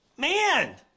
man